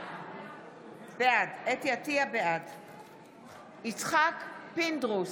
בעד יצחק פינדרוס,